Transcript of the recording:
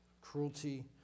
Cruelty